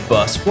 Bus